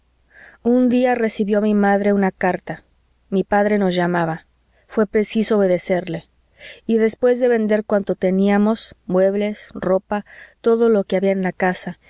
un día recibió mi madre una carta mi padre nos llamaba fué preciso obedecerle y después de vender cuanto teníamos muebles ropa todo lo que había en la casa